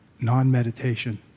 non-meditation